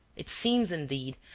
it seems, indeed,